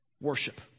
Worship